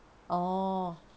orh